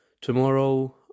tomorrow